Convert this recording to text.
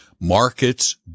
Markets